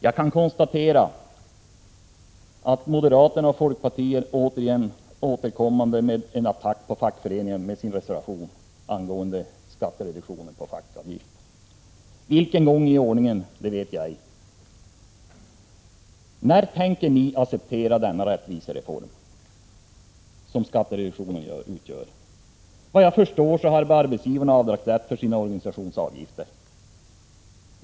Jag kan konstatera att moderaterna och folkpartiet på nytt återkommer med en attack på facket genom sin reservation angående skattereduktionen för fackföreningsavgifter — för vilken gång i ordningen vet jag ej. När tänker ni acceptera den rättvisereform som skattereduktionen för fackföreningsavgifter utgör? Såvitt jag förstår har arbetsgivarna avdragsrätt för sina organisationsavgifter.